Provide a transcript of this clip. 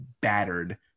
battered